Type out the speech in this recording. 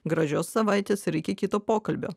gražios savaitės ir iki kito pokalbio